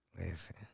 listen